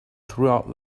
throughout